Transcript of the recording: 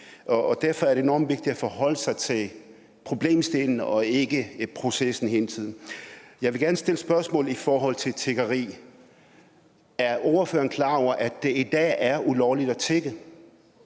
Derfor er det enormt vigtigt at forholde sig til problemstillingen og ikke hele tiden til processen. Jeg vil gerne stille et spørgsmål i forhold til tiggeri: Er ordføreren klar over, at det i dag er ulovligt at tigge?